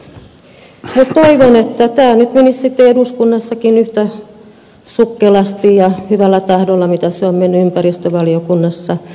toivon että tämä nyt menisi sitten eduskunnassakin läpi yhtä sukkelasti ja yhtä hyvällä tahdolla kuin se on mennyt ympäristövaliokunnassa